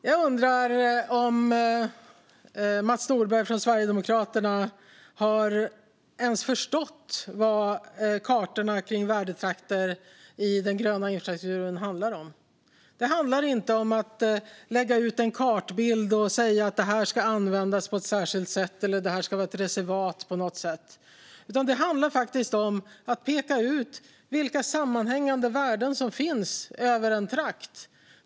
Fru talman! Jag undrar om Mats Nordberg från Sverigedemokraterna ens har förstått vad kartorna över värdetrakter i den gröna infrastrukturen handlar om. Det handlar inte om att lägga ut en kartbild och säga att ett område ska användas på ett särskilt sätt eller att det ska vara något reservat. Det handlar om att peka ut vilka sammanhängande värden som finns i en trakt.